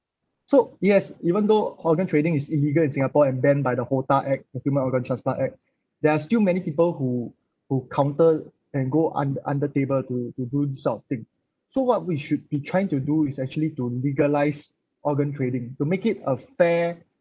so yes even though organ trading is illegal in singapore and banned by the HOTA act the human organ transplant act there are still many people who who counter and go un~ under table to to do this sort of thing so what we should be trying to do is actually to legalise organ trading to make it a fair